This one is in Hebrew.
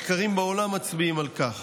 מחקרים בעולם מצביעים על כך